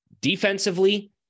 Defensively